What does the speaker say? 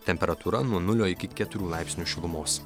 temperatūra nuo nulio iki keturių laipsnių šilumos